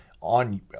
on